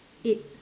eight